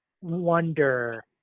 wonder